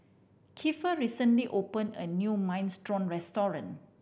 Keifer recently opened a new Minestrone Restaurant